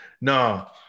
No